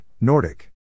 Nordic